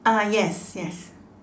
ah yes yes